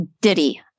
ditty